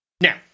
Now